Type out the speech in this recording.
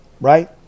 right